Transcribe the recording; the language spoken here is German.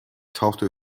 tauchte